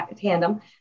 tandem